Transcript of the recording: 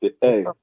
Hey